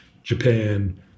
Japan